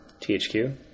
THQ